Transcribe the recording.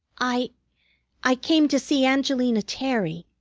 i i came to see angelina terry,